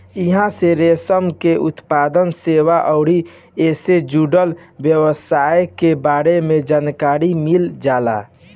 इहां से रेशम के उत्पादन, सेवा अउरी एसे जुड़ल व्यवसाय के बारे में जानकारी मिल जाला